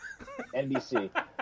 NBC